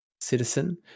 citizen